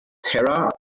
terra